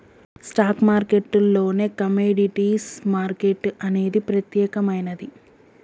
stock మార్కెట్టులోనే commodities market అనేది ప్రత్యేకమైనది